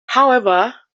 however